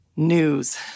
news